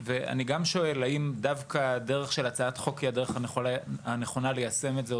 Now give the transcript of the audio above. ואני גם שואל: האם דווקא הצעת חוק היא הדרך הנכונה ליישם את זה,